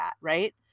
right